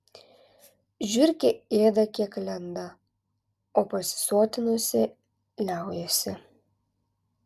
žiurkė ėda kiek lenda o pasisotinusi liaujasi